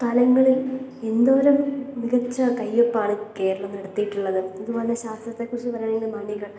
തലങ്ങളിൽ എന്തോരം മികച്ച കയ്യൊപ്പാണ് കേരളം നടത്തിയിട്ടുള്ളത് അതുപോലെ ശാസ്ത്രത്തെക്കുറിച്ച് പറയുകയാണെങ്കിൽ മണികൾ